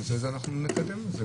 אנחנו נקדם את זה.